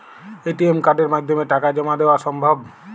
ATM কার্ডের মাধ্যমে টাকা জমা দেওয়া সম্ভব?